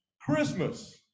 christmas